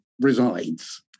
resides